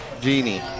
Genie